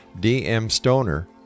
dmstoner